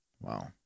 Wow